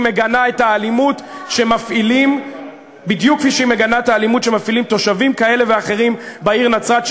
מגנה את האלימות שמפעילים תושבים כאלה ואחרים בעיר נצרת,